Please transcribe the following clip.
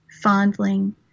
fondling